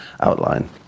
outline